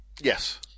Yes